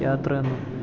യാത്രായൊന്നും